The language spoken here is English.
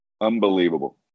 Unbelievable